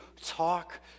talk